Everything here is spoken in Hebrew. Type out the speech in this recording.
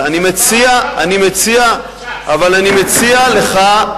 אבל אני מציע, אני מציע לך,